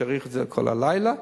ויאריכו את זה לכל הלילה,